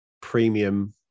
premium